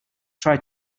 try